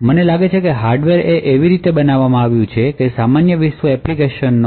મને લાગે છે કે હાર્ડવેર એ એવી રીતે બનાવવામાં આવ્યું છે કે સામાન્ય વિશ્વ એપ્લિકેશન